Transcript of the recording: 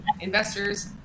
investors